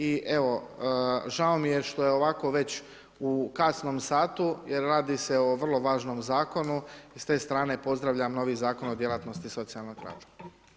I evo, žao mi je što je ovako već u kasnom satu jer radi se o vrlo važnom zakonu i s te strane pozdravljam novi Zakon o djelatnosti socijalnog rada.